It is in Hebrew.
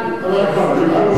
אלדד.